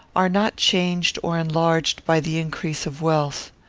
are not changed or enlarged by the increase of wealth.